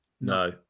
No